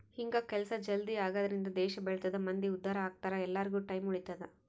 ಹಿಂಗ ಕೆಲ್ಸ ಜಲ್ದೀ ಆಗದ್ರಿಂದ ದೇಶ ಬೆಳಿತದ ಮಂದಿ ಉದ್ದಾರ ಅಗ್ತರ ಎಲ್ಲಾರ್ಗು ಟೈಮ್ ಉಳಿತದ